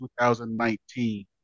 2019